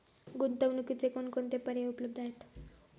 गुंतवणुकीचे कोणकोणते पर्याय उपलब्ध आहेत?